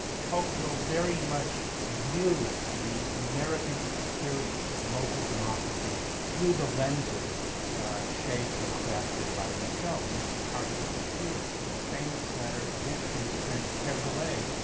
tocqueville very much views the american experience of local democracy through the lenses shaped or crafted by rousseau and this is hardly fortuitous. in a famous letter ah to his friend kergolay,